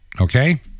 Okay